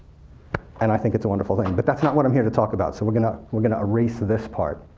and i think it's a wonderful thing. but that's not what i'm here to talk about. so we're going up we're going to erase this part.